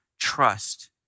trust